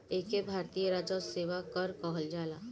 एके भारतीय राजस्व सेवा कर कहल जाला